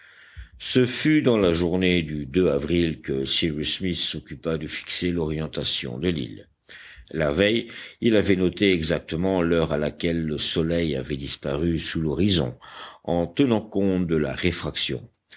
ce fut dans la journée du avril que cyrus smith s'occupa de fixer l'orientation de l'île la veille il avait noté exactement l'heure à laquelle le soleil avait disparu sous l'horizon en tenant compte de la réfraction